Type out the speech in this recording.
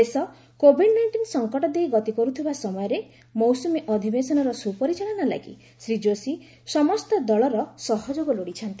ଦେଶ Covid nineteen ସଙ୍କଟ ଦେଇ ଗତି କରୁଥିବା ସମୟରେ ମୌସୁମୀ ଅଧିବେଶନର ସୁପରିଚାଳନା ଲାଗି ଶ୍ରୀ ଯୋଶୀ ସମସ୍ତ ଦଳର ସହଯୋଗ ଲୋଡ଼ିଛନ୍ତି